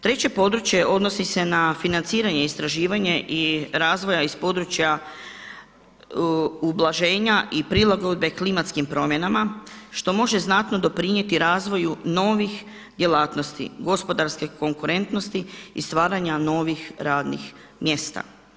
Treće područje odnosi se na financiranje i istraživanje i razvoja iz područja ublaženja i prilagodbe klimatskim promjenama što može znatno doprinijeti razvoju novih djelatnosti, gospodarske konkurentnosti i stvaranja novih radnih mjesta.